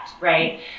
right